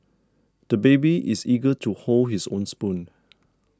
the baby is eager to hold his own spoon